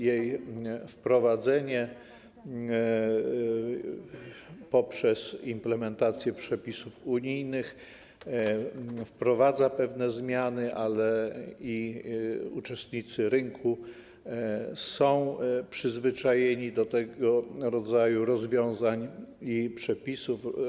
Jej wprowadzenie poprzez implementację przepisów unijnych wprowadza pewne zmiany, ale uczestnicy rynku są przyzwyczajeni do tego rodzaju rozwiązań i przepisów.